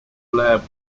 blair